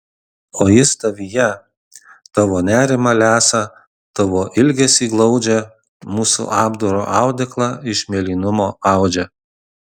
o jis tavyje tavo nerimą lesa tavo ilgesį glaudžia mūsų apdaro audeklą iš mėlynumo audžia